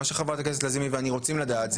אבל מה שחברת הכנסת לזימי ואני רוצים לדעת,